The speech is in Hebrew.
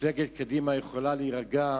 מפלגת קדימה יכולה להירגע,